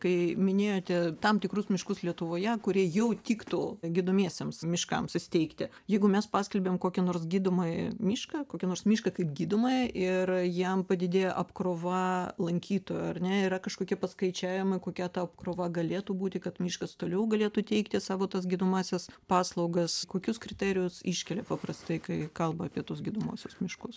kai minėjote tam tikrus miškus lietuvoje kurie jau tiktų gydomiesiems miškams įsteigti jeigu mes paskelbiam kokį nors gydomąjį mišką kokį nors mišką kaip gydomąjį ir jam padidėja apkrova lankytojų ar ne yra kažkokie paskaičiavimai kokia ta apkrova galėtų būti kad miškas toliau galėtų teikti savo tas gydomąsias paslaugas kokius kriterijus iškelia paprastai kai kalba apie tuos gydomuosius miškus